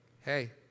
hey